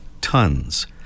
tons